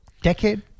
decade